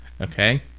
Okay